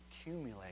accumulate